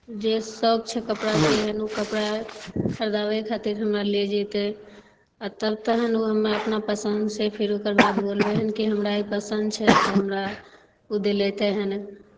जे शौक छै कपड़ाके एहन ओ कपड़ा खरिदबय खातिर हमरा लए जयतै आ तब तहन ओहिमे अपना पसन्दसँ फेर ओकर बाद बोलबै हन कि हमरा ई पसन्द छै तऽ हमरा ओ दिलयतै हन